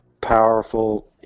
powerful